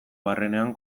barrenean